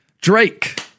drake